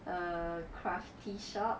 a craft shop